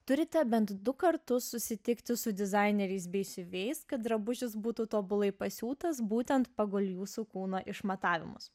turite bent du kartus susitikti su dizaineriais bei siuvėjais kad drabužis būtų tobulai pasiūtas būtent pagal jūsų kūno išmatavimus